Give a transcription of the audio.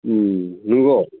नंगौ